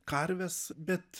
karves bet